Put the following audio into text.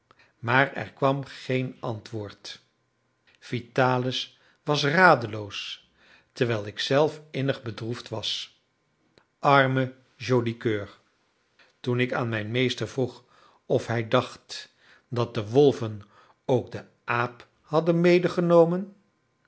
maar er kwam geen antwoord vitalis was radeloos terwijl ik zelf innig bedroefd was arme joli coeur toen ik aan mijn meester vroeg of hij dacht dat de wolven ook den aap hadden